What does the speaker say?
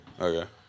Okay